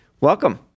welcome